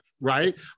right